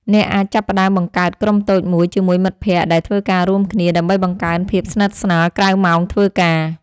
អ្នកអាចចាប់ផ្ដើមបង្កើតក្រុមតូចមួយជាមួយមិត្តភក្តិដែលធ្វើការរួមគ្នា ដើម្បីបង្កើនភាពស្និទ្ធស្នាលក្រៅម៉ោងធ្វើការ។